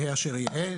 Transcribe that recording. יהיה אשר יהיה,